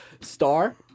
Star